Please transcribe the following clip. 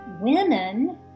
women